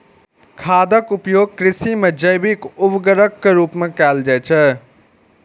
खादक उपयोग कृषि मे जैविक उर्वरक के रूप मे कैल जाइ छै